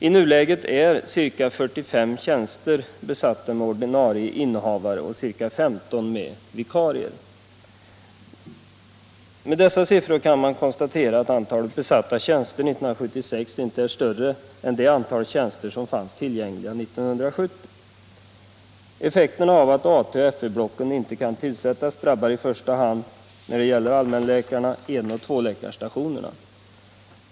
I nuläget är ca 45 tjänster besatta med ordinarie innehavare och ca 15 med Med dessa siffror kan man konstatera att antalet besatta tjänster 1976 inte är större än det antal tjänster som fanns tillgängliga 1970. Effekterna av att AT och FV-blocken inte kan tillsättas drabbar i första hand när det gäller allmänläkarna en och tvåläkarstationerna.